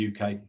UK